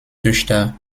töchter